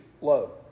low